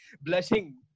blushing